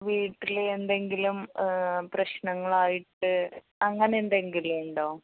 വീട്ടിൽ എന്തെങ്കിലും പ്രശ്നങ്ങളായിട്ട് അങ്ങനെ എന്തെങ്കിലും ഉണ്ടോ